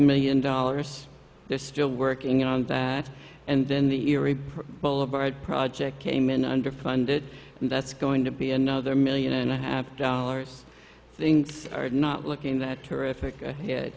million dollars they're still working on that and then the erie boulevard project came in underfunded and that's going to be another million and a half dollars things are not looking that terrific